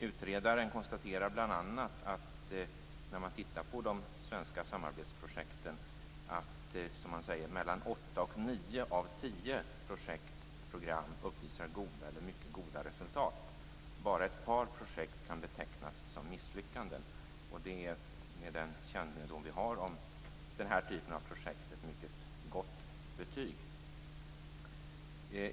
Utredaren konstaterar bl.a. att mellan åtta och nio av tio projekt uppvisar goda eller mycket goda resultat. Bara ett par projekt kan betecknas som misslyckanden. Detta är, med den kännedom som vi har om den här typen av projekt, ett mycket gott betyg.